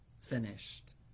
finished